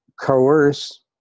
coerce